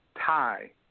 tie